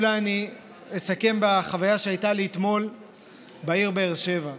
אולי אני אסכם בחוויה שהייתה לי אתמול בעיר באר שבע.